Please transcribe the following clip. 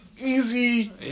easy